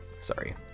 sorry